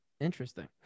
Interesting